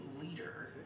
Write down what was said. leader